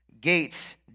gates